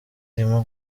irimo